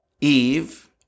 Eve